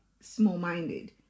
small-minded